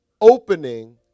opening